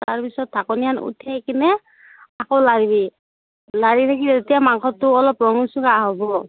তাৰপিছত ঢাকনিখন উঠাই কেনে আকৌ লাৰিবি লাৰি থাকি যেতিয়া মাংসটো অলপ ৰংচোৱা হ'ব